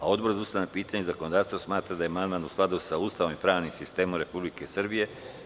Odbor za ustavna pitanja i zakonodavstvo smatra da je amandman u skladu sa Ustavom i pravnim sistemom Republike Srbije.